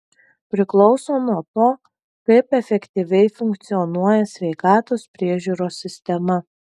priklauso nuo to kaip efektyviai funkcionuoja sveikatos priežiūros sistema